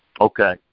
Okay